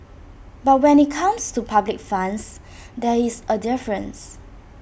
but when IT comes to public funds there is A difference